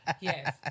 Yes